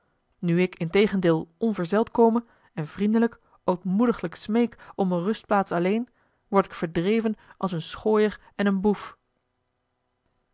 nu ik integendeel onverzeld kome en vriendelijk ootmoediglijk smeek om eene rustplaats alleen word ik verdreven als een schooier en een boef